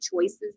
choices